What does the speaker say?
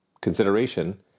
consideration